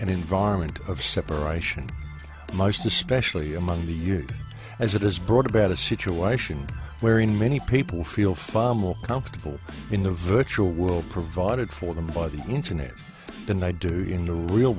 an environment of separation most especially among the years as it has brought about a situation wherein many people feel far more comfortable in the virtual world provided for them by the internet than i do in the real